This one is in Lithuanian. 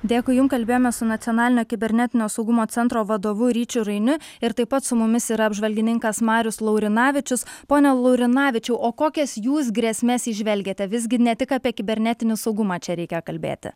dėkui jum kalbėjome su nacionalinio kibernetinio saugumo centro vadovu ryčiu rainiu ir taip pat su mumis yra apžvalgininkas marius laurinavičius pone laurinavičiau o kokias jūs grėsmes įžvelgiate visgi ne tik apie kibernetinį saugumą čia reikia kalbėti